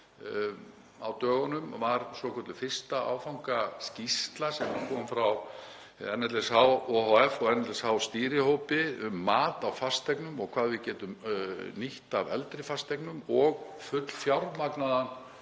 á dögunum var svokölluð fyrsta áfangaskýrsla sem kom frá NLSH ohf. og NLSH-stýrihópi um mat á fasteignum og hvað við getum nýtt af eldri fasteignum, fullfjármagnaða